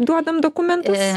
duodam dokumentus